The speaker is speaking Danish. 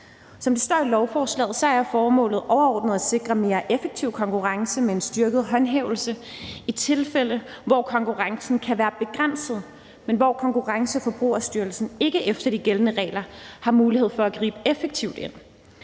Som det står i lovforslaget, er formålet overordnet at sikre mere effektiv konkurrence med en styrket håndhævelse i tilfælde, hvor konkurrencen kan være begrænset, men hvor Konkurrence- og Forbrugerstyrelsen ikke efter de gældende regler har mulighed for at gribe effektivt ind.